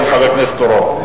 כן, חבר הכנסת אורון.